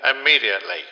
immediately